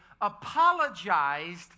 apologized